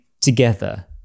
together